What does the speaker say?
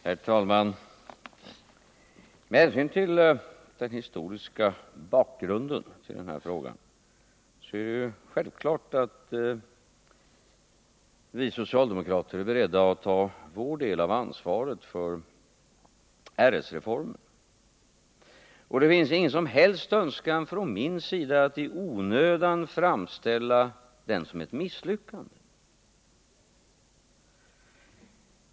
Herr talman! Med hänsyn till den historiska bakgrunden till den här frågan är det självklart att vi socialdemokrater är beredda att ta vår del av ansvaret för RS-reformen. Jag har själv inte någon som helst önskan att i onödan framställa den som ett misslyckande.